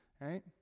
right